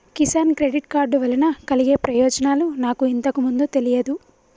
Kisan credit card వలన కలిగే ప్రయోజనాలు నాకు ఇంతకు ముందు తెలియదు